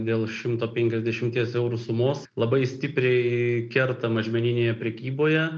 dėl šimto penkiasdešimties eurų sumos labai stipriai kerta mažmeninėje prekyboje